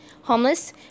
homeless